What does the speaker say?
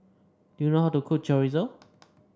do you know how to cook Chorizo